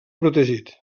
protegit